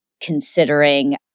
considering